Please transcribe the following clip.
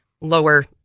lower